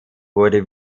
wurde